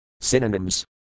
Synonyms